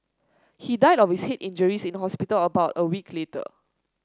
he died of his head injuries in hospital about a week later